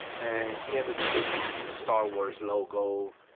and he ended up doing the the star wars logo,